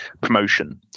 promotion